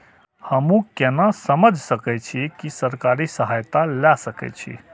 हमू केना समझ सके छी की सरकारी सहायता ले सके छी?